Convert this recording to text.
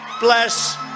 bless